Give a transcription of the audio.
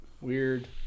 Weird